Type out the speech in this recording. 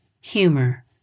humor